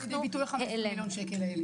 איפה זה בא לידי ביטוי ה-15 מיליון שקל האלה?